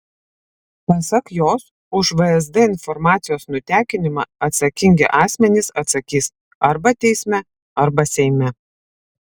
pasak jos už vsd informacijos nutekinimą atsakingi asmenys atsakys arba teisme arba seime